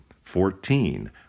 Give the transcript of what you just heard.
Fourteen